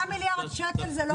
3 מיליארד שקל זה לא סכום זעום.